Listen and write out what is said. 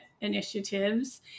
initiatives